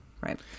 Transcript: right